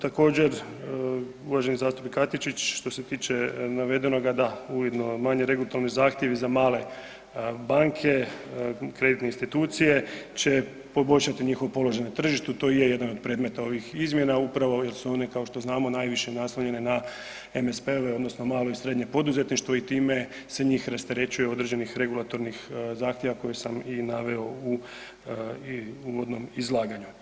Također, uvaženi zastupnik Katičić, što se tiče navedenoga, da, ujedno manje ... zahtjevi za male banke, kreditne institucije će poboljšati njihov položaj na tržištu, to je jedan od predmeta ovih izmjena, upravo jer su one, kao što znamo najviše naslonjene na MSP-ove odnosno malo i srednje poduzetništvo i time se njih rasterećuje određenih regulatornih zahtjeva koje sam i naveo u uvodnom izlaganju.